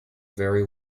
very